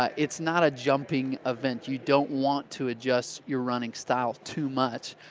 um it's not a jumping event. you don't want to adjust your running style too much.